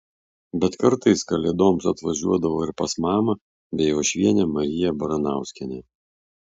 bet kartais kalėdoms atvažiuodavo ir pas mamą bei uošvienę mariją baranauskienę